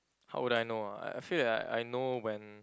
how would I know ah I I feel that I know when